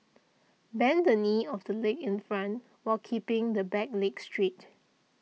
bend the knee of the leg in front while keeping the back leg straight